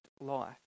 life